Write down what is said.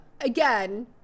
again